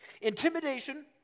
Intimidation